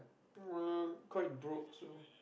uh quite broke so